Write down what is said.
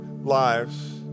lives